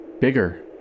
bigger